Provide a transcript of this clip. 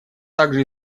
также